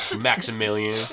Maximilian